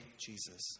Jesus